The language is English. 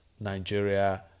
Nigeria